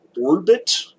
orbit